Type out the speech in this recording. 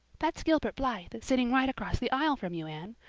that's gilbert blythe sitting right across the aisle from you, anne.